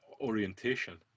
orientation